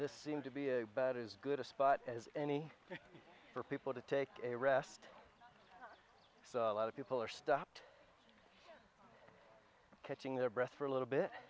this seemed to be a better as good a spot as any for people to take a rest so a lot of people are stopped catching their breath for a little bit